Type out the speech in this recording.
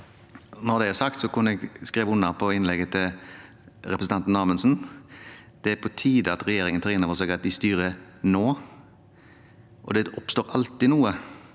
Når det er sagt, kunne jeg skrevet under på innlegget til representanten Amundsen. Det er på tide at regjeringen tar inn over seg at de styrer nå, og det oppstår alltid noe.